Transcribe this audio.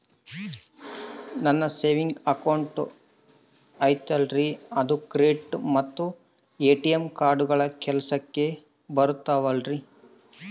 ನನ್ನ savings account ಐತಲ್ರೇ ಅದು ಕ್ರೆಡಿಟ್ ಮತ್ತ ಎ.ಟಿ.ಎಂ ಕಾರ್ಡುಗಳು ಕೆಲಸಕ್ಕೆ ಬರುತ್ತಾವಲ್ರಿ?